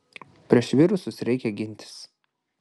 prieš virusus reikia gintis